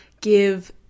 give